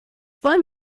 wollen